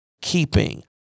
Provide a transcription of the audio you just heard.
keeping